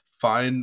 Fine